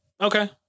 Okay